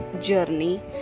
journey